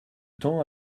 temps